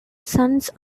sons